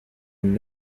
and